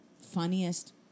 funniest